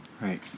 Right